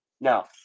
Now